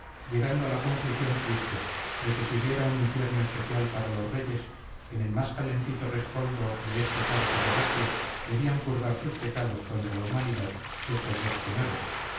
llegando a la conclusión triste de que si hubiera un infierno especial para los reyes en el más calentito rescoldo de este tártaro regio debían purgar sus pecados contra la humanidad estos dos señores